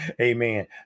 Amen